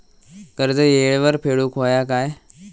कर्ज येळेवर फेडूक होया काय?